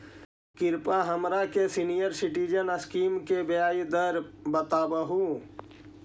कृपा हमरा के सीनियर सिटीजन स्कीम के ब्याज दर बतावहुं